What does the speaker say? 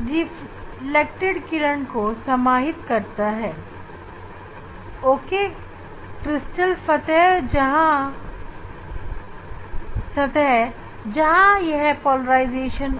इस अवस्था में इंसिडेंट प्लेन और पेपर का प्लेन दोनों समान है और यह इंसिडेंट प्लेन पोलराइजेशन प्लेन